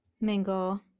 mingle